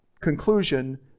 conclusion